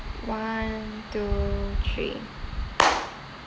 one two three